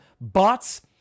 bots